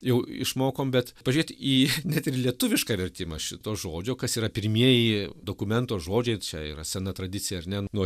jau išmokom bet pažiūrėt į net ir į lietuvišką vertimą šito žodžio kas yra pirmieji dokumento žodžiai ir čia yra sena tradicija ar ne nuo